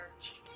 church